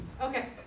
Okay